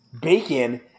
bacon